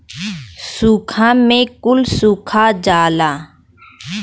सूखा में कुल सुखा जाला